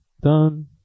Done